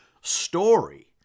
story